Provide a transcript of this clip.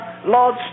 Lord